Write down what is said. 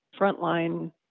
frontline